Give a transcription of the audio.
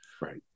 right